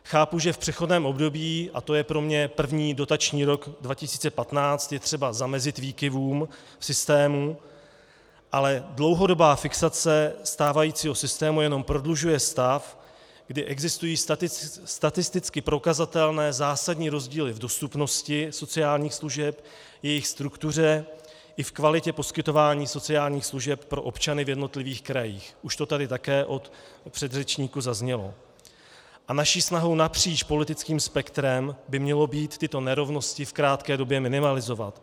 Chápu, že v přechodném období, a to je pro mě první dotační rok 2015, je třeba zamezit výkyvům v systému, ale dlouhodobá fixace stávajícího systému jenom prodlužuje stav, kdy existují statisticky prokazatelné zásadní rozdíly v dostupnosti sociálních služeb, jejich struktuře i v kvalitě poskytování sociálních služeb pro občany v jednotlivých krajích, už to tady také od předřečníků zaznělo, a naší snahou napříč politickým spektrem by mělo být tyto nerovnosti v krátké době minimalizovat.